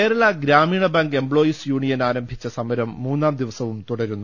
Kerala Gramin Bank employees union ആരംഭിച്ച സമരം മൂന്നാം ദിവസവും തുടരുന്നു